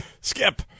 Skip